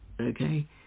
okay